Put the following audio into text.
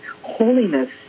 holiness